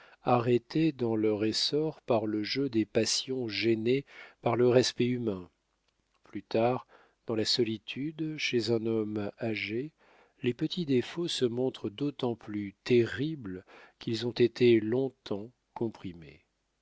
arrêtées dans leur essor par le jeu des passions gênées par le respect humain plus tard dans la solitude chez un homme âgé les petits défauts se montrent d'autant plus terribles qu'ils ont été long-temps comprimés